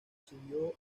siguió